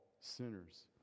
sinners